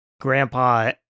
grandpa